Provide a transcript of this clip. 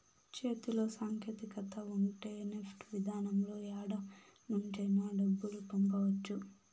చేతిలో సాంకేతికత ఉంటే నెఫ్ట్ విధానంలో యాడ నుంచైనా డబ్బులు పంపవచ్చు